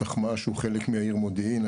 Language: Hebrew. התחמ"ש הוא חלק מהעיר מודיעין.